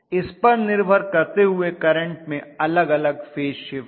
इस पर निर्भर करते हुए करंट में अलग अलग फेज शिफ्ट होगा